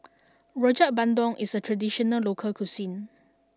Rojak Bandung is a traditional local cuisine